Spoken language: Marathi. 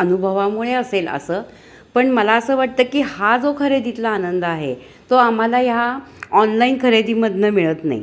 अनुभवामुळे असेल असं पण मला असं वाटतं की हा जो खरेदीतला आनंद आहे तो आम्हाला ह्या ऑनलाईन खरेदीमधून मिळत नाही